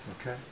okay